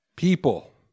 People